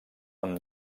amb